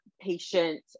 patient